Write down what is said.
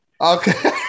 Okay